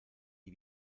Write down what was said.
con